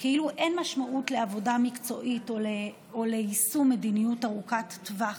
כאילו אין משמעות לעבודה מקצועית או ליישום מדיניות ארוכת טווח.